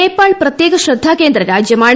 നേപ്പാൾ പ്രത്യേക ശ്രദ്ധാകേന്ദ്ര രാജ്യമാണ്